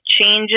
changes